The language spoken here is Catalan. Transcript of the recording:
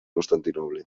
constantinoble